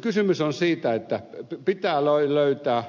kysymys on siitä että pitää löytää